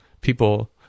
people